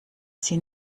sie